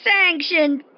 sanctioned